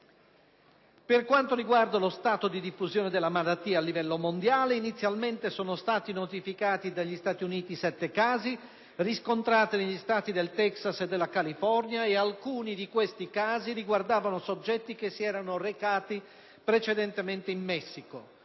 Per quanto riguarda lo stato di diffusione della malattia a livello mondiale, inizialmente, sono stati notificati dagli Stati Uniti sette casi, riscontrati negli Stati del Texas e della California, alcuni dei quali riguardavano soggetti che si erano recati precedentemente in Messico.